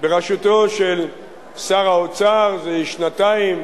בראשותו של שר האוצר זה שנתיים,